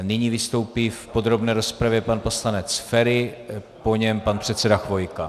Nyní vystoupí v podrobné rozpravě pan poslanec Feri, po něm pan předseda Chvojka.